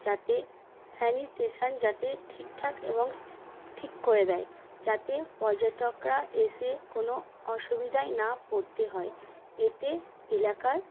যাতে স্যানিটেশান যাতে ঠিকঠাক এবং ঠিক করে দেয় যাতে পর্যটকরা এসে কোনো অসুবিধায় না পড়তে হয় এতে এলাকার